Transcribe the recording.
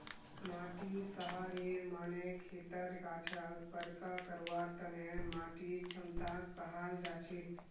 माटीर सहारेर माने खेतर गाछक बरका करवार तने माटीर क्षमताक कहाल जाछेक